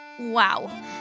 Wow